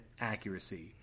accuracy